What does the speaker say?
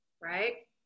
Right